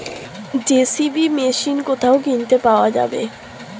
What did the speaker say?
JCB machine কোথায় কিনতে পাওয়া যাবে?